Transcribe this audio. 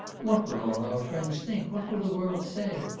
what will all our friends think, what will the world say!